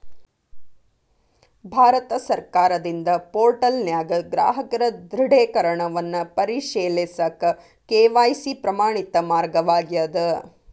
ಭಾರತ ಸರ್ಕಾರದಿಂದ ಪೋರ್ಟಲ್ನ್ಯಾಗ ಗ್ರಾಹಕರ ದೃಢೇಕರಣವನ್ನ ಪರಿಶೇಲಿಸಕ ಕೆ.ವಾಯ್.ಸಿ ಪ್ರಮಾಣಿತ ಮಾರ್ಗವಾಗ್ಯದ